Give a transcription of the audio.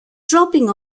dropping